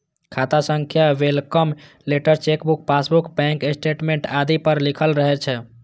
खाता संख्या welcome letter, chequebook, passbook, bank statement आदि पर लिखल रहै छै